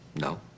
No